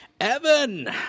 Evan